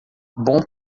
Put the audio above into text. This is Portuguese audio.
bom